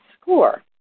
score